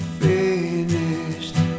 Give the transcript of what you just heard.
finished